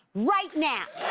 right now?